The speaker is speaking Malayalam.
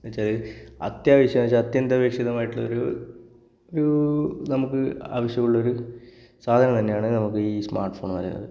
എന്നുവെച്ചാൽ അത്യാവശ്യം എന്നുവെച്ചാല് അത്യന്താപേക്ഷിതമായിട്ടുള്ളൊരു ഒരു നമുക്ക് ആവശ്യമുള്ളൊരു സാധനം തന്നെയാണ് നമുക്ക് ഈ സ്മാര്ട്ട് ഫോണ് എന്നു പറയുന്നത്